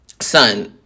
Son